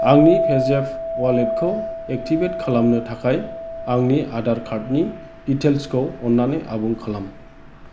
आंनि पेजेफ वालेटखौ एक्टिभेट खालामनो थाखाय आंनि आधार कार्डनि दिटेल्सखौ अन्नानै आबुं खालाम